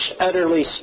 utterly